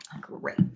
Great